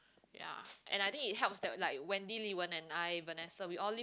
ya and I think it helps that like Wendy Li-wen and I Vanessa we all live